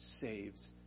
saves